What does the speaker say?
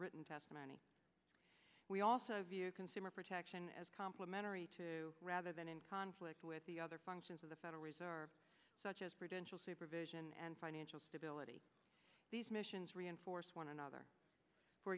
written testimony we also view consumer protection as complimentary to rather than in conflict with the other functions of the federal reserve such as prevention supervision and financial stability these missions reinforce one another for